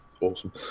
awesome